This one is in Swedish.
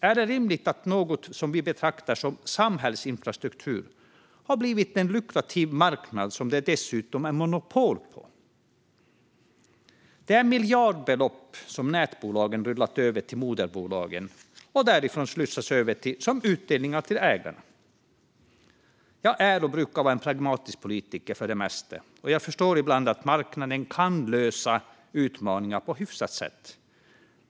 Är det rimligt att något som vi betraktar som samhällsinfrastruktur har blivit en lukrativ marknad som det dessutom är monopol på? Det är miljardbelopp som nätbolagen rullat över till moderbolagen och som därifrån slussats över som utdelningar till ägarna. Jag brukar för det mesta vara en pragmatisk politiker, och jag förstår att marknaden ibland kan lösa utmaningar på ett hyfsat sätt.